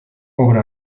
obra